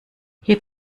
hip